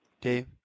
Dave